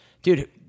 Dude